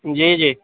جی جی